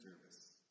service